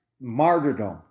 martyrdom